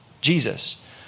Jesus